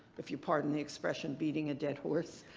if you pardon the expression, beating a dead horse.